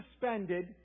suspended